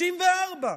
64,